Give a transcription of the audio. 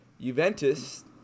Juventus